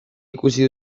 ikusi